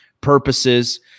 purposes